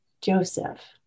Joseph